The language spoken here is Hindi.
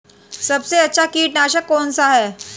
सबसे अच्छा कीटनाशक कौन सा है?